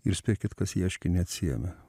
ir spėkit kas ieškinį atsiėmė